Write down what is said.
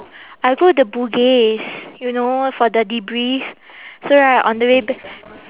I go the bugis you know for the debrief so right on the way ba~